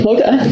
Okay